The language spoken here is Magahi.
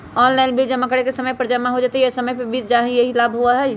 ऑनलाइन बिल जमा करे से समय पर जमा हो जतई और समय भी बच जाहई यही लाभ होहई?